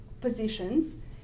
positions